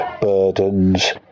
burdens